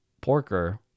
porker